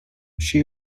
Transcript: she